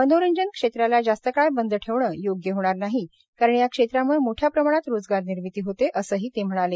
मनोरंजन क्षेत्राला जास्त काळ बंद ठेवणं योग्य होणार नाही या क्षेत्राम्ळे मोठ्या प्रमाणात रोजगार निर्मिती होते असे ही ते म्हणाले